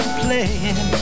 playing